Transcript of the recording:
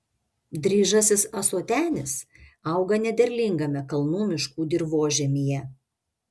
dryžasis ąsotenis auga nederlingame kalnų miškų dirvožemyje